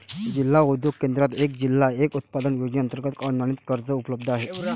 जिल्हा उद्योग केंद्रात एक जिल्हा एक उत्पादन योजनेअंतर्गत अनुदानित कर्ज उपलब्ध आहे